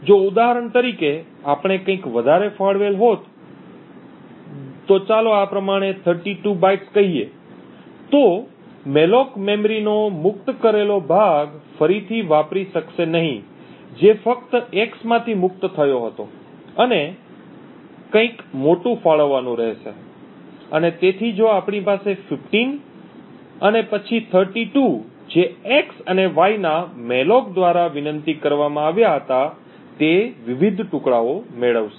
જો ઉદાહરણ તરીકે આપણે કંઈક વધારે ફાળવેલ હોત તો ચાલો આ પ્રમાણે 32 બાઇટ્સ કહીએ તો મૅલોક મેમરીનો મુક્ત કરેલો ભાગ ફરીથી વાપરી શકશે નહીં જે ફક્ત x માંથી મુક્ત થયો હતો અને કંઈક મોટું ફાળવવાનું રહેશે અને તેથી જો આપણી પાસે 15 અને પછી 32 જે x અને y ના મૅલોક દ્વારા વિનંતી કરવામાં આવ્યા હતા તે વિવિધ ટુકડાઓ મેળવશે